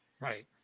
Right